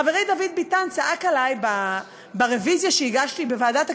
חברי דוד ביטן צעק עלי ברוויזיה שהגשתי בוועדת הכנסת.